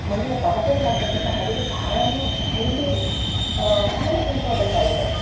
ಮಣ್ಣಿನ ಪಾತ್ರೇಲಿ ಮಾಡ್ತಕ್ಕಂಥ ಅಡುಗೆ ಭಾಳನೇ ಹೆಲ್ದಿ ಆಮೇಲೆ ಇಂಪಾರ್ಟೆಂಟ್ ಆಗಿದೆ ಅದು